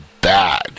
bad